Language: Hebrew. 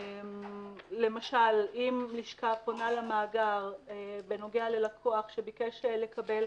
למשל אם לשכה פונה למאגר בנוגע ללקוח שביקש לקבל